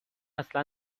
اصلا